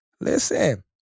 Listen